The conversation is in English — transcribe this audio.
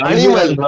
Animal